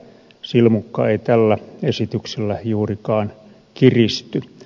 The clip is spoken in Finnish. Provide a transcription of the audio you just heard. silmukka ei tällä esityksellä juurikaan kiristy